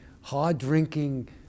hard-drinking